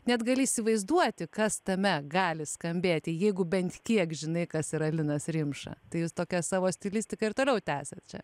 net gali įsivaizduoti kas tame gali skambėti jeigu bent kiek žinai kas yra linas rimša tai jūs tokia savo stilistika ir toliau tęsiat čia